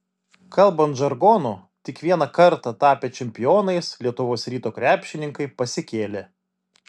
kalbant žargonu tik vieną kartą tapę čempionais lietuvos ryto krepšininkai pasikėlė